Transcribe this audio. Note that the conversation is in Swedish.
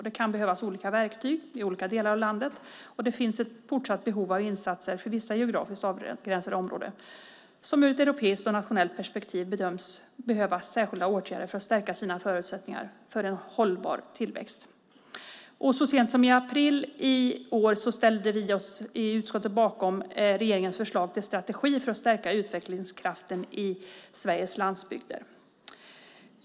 Det kan behövas olika verktyg i olika delar av landet. Det finns ett fortsatt behov av insatser för vissa geografiskt avgränsade områden som ur ett europeiskt och nationellt perspektiv bedöms behöva särskilda åtgärder för att stärka sina förutsättningar för en hållbar tillväxt. Så sent som i april i år ställde vi i utskottet oss bakom regeringens förslag till strategi för att stärka utvecklingskraften i Sveriges landsbygder.